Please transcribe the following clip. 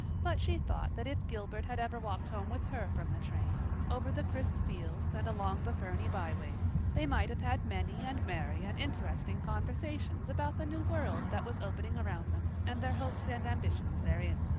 but she thought that if gilbert had ever walked home with her from the train, over the crisp fields and along the ferny byways, they might have had many and merry and interesting conversations about the new world that was opening around them and their hopes and ambitions therein.